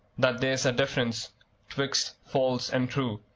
that there's a difference twixt false and true.